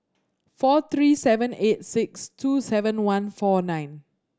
four three seven eight six two seven one four nine